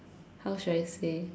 how should I say